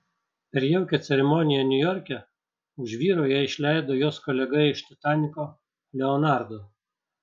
per jaukią ceremoniją niujorke už vyro ją išleido jos kolega iš titaniko leonardo